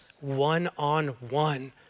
one-on-one